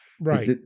Right